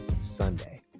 Sunday